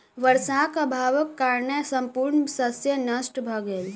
वर्षाक अभावक कारणेँ संपूर्ण शस्य नष्ट भ गेल